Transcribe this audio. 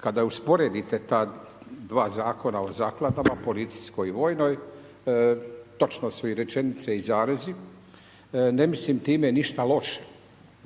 Kada usporedite ta dva zakona o zakladama, policijskoj i vojnoj, točno su im rečenice i zarezi, ne mislim time ništa loše,